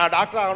Doctor